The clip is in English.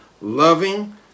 loving